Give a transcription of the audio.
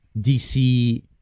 DC